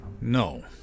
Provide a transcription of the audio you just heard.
No